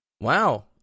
Wow